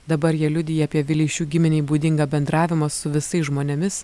dabar jie liudija apie vileišių giminei būdingą bendravimą su visais žmonėmis